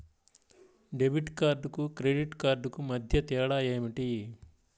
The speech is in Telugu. డెబిట్ కార్డుకు క్రెడిట్ కార్డుకు మధ్య తేడా ఏమిటీ?